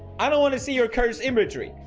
i don't want to see your cursed imagery.